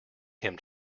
him